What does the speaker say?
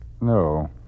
No